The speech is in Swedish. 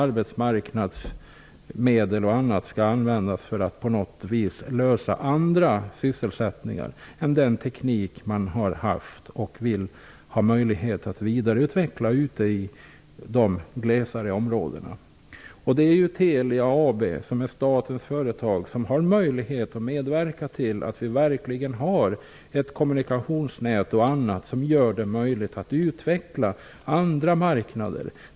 Arbetsmarknadsmedel och annat skall då användas till att på något vis lösa andra sysselsättningsproblem i stället för till den teknik som man har haft och vill vidareutveckla ute i de glesare områdena. Telia AB, som är statens företag, kan medverka till att det verkligen blir ett kommunikationsnät som gör det möjligt att utveckla andra marknader.